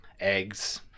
eggs